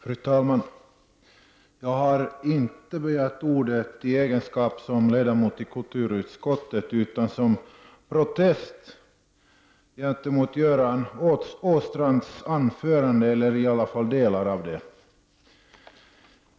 Fru talman! Jag har inte begärt ordet i egenskap av ledamot i kulturutskottet, utan i protest mot delar av Göran Åstrands anförande.